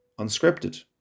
unscripted